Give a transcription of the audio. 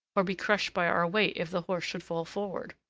or be crushed by our weight if the horse should fall forward.